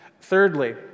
Thirdly